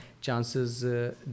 chances